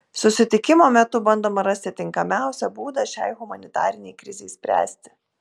susitikimo metu bandoma rasti tinkamiausią būdą šiai humanitarinei krizei spręsti